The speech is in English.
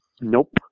Nope